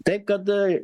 tai kadai